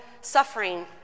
suffering